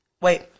Wait